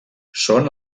són